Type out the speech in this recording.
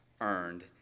earned